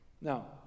now